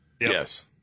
Yes